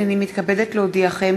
הנני מתכבדת להודיעכם,